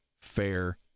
fair